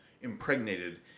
impregnated